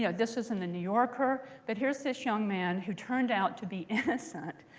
yeah this was in the new yorker. but here's this young man who turned out to be innocent,